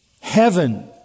heaven